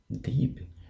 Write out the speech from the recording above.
deep